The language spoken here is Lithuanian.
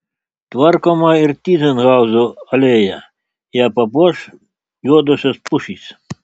tvarkoma ir tyzenhauzų alėja ją papuoš juodosios pušys